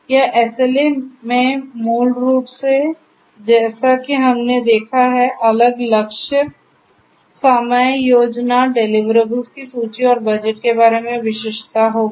यह SLA मैं मूल रूप से जैसा कि हमने देखा है अलग लक्ष्य समय योजना डिलिवरेबल्स की सूची और बजट के बारे में विशिष्टता होगी